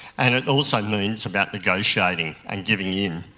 and it also means about negotiating and giving in.